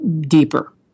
deeper